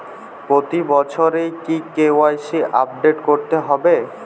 প্রতি বছরই কি কে.ওয়াই.সি আপডেট করতে হবে?